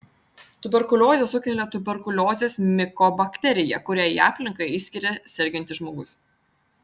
tuberkuliozę sukelia tuberkuliozės mikobakterija kurią į aplinką išskiria sergantis žmogus